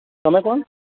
તમે કોણ